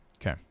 Okay